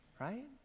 Right